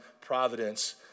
providence